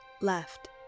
left